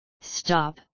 Stop